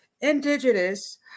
indigenous